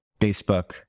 Facebook